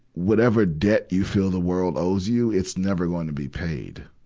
whatever debt you feel the world owes you, it's never gonna be paid,